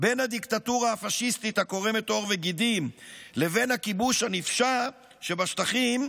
בין הדיקטטורה הפשיסטית הקורמת עור וגידים לבין הכיבוש הנפשע שבשטחים,